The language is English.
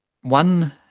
one